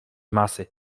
masy